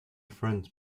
friend